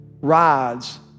rides